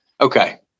Okay